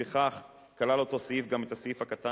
ולפיכך כלל אותו סעיף גם את הסעיף הקטן,